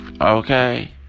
Okay